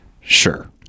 Sure